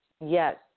Yes